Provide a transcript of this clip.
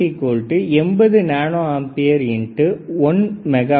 Vout80nA 1M ohm80mV